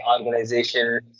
organization